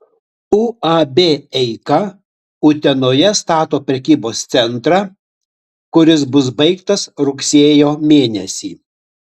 uab eika utenoje stato prekybos centrą kuris bus baigtas rugsėjo mėnesį